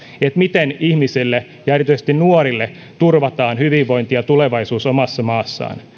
miten ihmisille ja erityisesti nuorille turvataan hyvinvointi ja tulevaisuus omassa maassaan